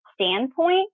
standpoint